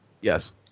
Yes